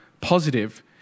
positive